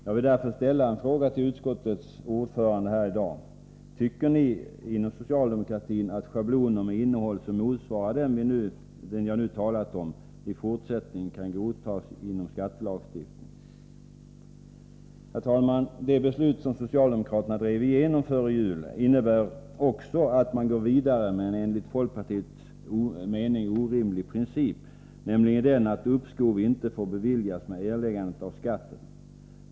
Jag vill därför ställa frågan till utskottets ordförande: Tycker ni inom socialdemokratin att schabloner med ett innehåll som motsvarar vad vi nu talar om, i fortsättningen kan godtas inom skattelagstiftningen? Herr talman! Det beslut som socialdemokraterna drev igenom före jul innebär också att man går vidare med en enligt folkpartiets mening orimlig princip, nämligen den att uppskov inte får beviljas med erläggandet av skatten.